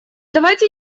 давайте